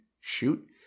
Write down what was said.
shoot